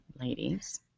Ladies